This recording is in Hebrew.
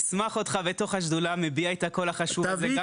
נשמח אותך בתוך השדולה מביע את הקול החשוב הזה.